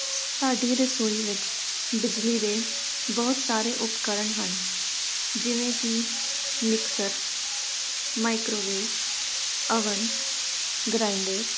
ਸਾਡੀ ਰਸੋਈ ਵਿੱਚ ਬਿਜਲੀ ਦੇ ਬਹੁਤ ਸਾਰੇ ਉਪਕਰਣ ਹਨ ਜਿਵੇਂ ਕਿ ਮਿਕਸਰ ਮਾਈਕਰੋਵੇਵ ਅਵਨ ਗਰਾਈਂਡਰ